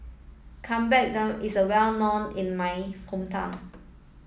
is well known in my hometown